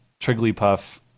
triglypuff